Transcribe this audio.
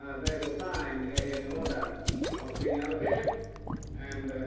they will sign in order of seniority and